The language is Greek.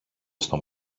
στον